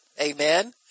Amen